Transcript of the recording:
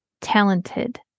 talented